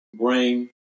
brain